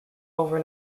over